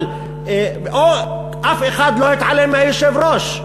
אבל אף אחד לא התעלם מהיושב-ראש,